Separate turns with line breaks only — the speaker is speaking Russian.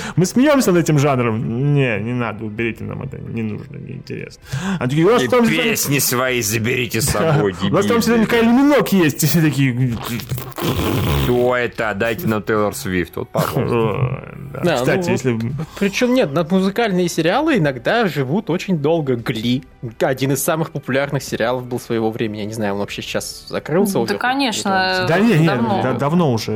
Мы смеемся над этим жанром. Не, не надо, уберите, нам это не нужно, не интересно. А такие, у вас
И
там-
песни свои заберите с
Да,
собой,
у вас там
дебильные,
всегда
да.
Кайли Миноуг есть, и все такие-
Ой, это отдайте на Тейлор Свифт, вот, пожалуйста.
Ой, да.
Да,
Кстати,
ну вот,
если б-
причём нет, над музыкальные сериалы иногда живут очень долго. Glee, один из самых популярных сериалов был своего времени. Я не знаю, он вообще сейчас закрылся
Да,
уже хоть или нет.
конечно,
Да не, не,
давно.
да- давно уже.